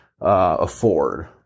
afford